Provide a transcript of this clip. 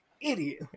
idiot